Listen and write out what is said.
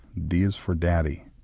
d is for daddy.